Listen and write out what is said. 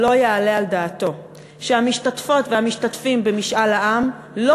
לא יעלה על דעתו שהמשתתפות והמשתתפים במשאל העם לא